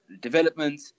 development